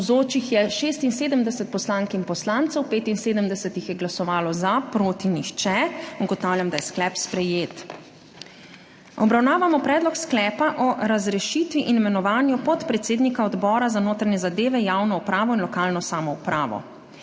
za je glasovalo 75, proti nihče. (Za je glasovalo 75.) (Proti nihče.) Ugotavljam, da je sklep sprejet. Obravnavamo Predlog sklepa o razrešitvi in imenovanju podpredsednika Odbora za notranje zadeve, javno upravo in lokalno samoupravo.